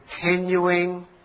continuing